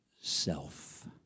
Self